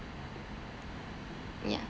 ya